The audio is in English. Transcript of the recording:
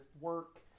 work